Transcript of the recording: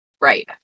right